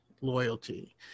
loyalty